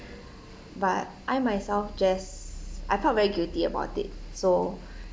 but I myself just I felt very guilty about it so